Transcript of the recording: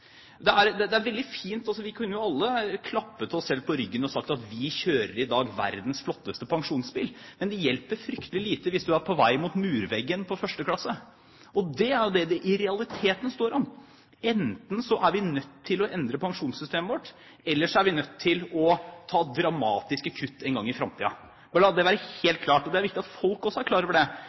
for fremtiden. Det kunne vært veldig fint om vi alle kunne klappet oss selv på ryggen og sagt at vi kjører i dag verdens flotteste pensjonsbil, men det hjelper fryktelig lite hvis man er på vei mot murveggen på første klasse. Det er det det i realiteten står om: Enten er vi nødt til å endre pensjonssystemet vårt, eller så er vi nødt til å ta dramatiske kutt en gang i fremtiden. La det være helt klart. Det er også viktig at folk er klar over det.